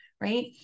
right